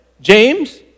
James